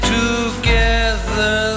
together